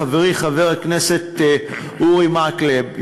לחברי חבר הכנסת אורי מקלב,